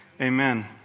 Amen